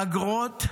אגרות.